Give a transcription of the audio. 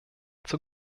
zur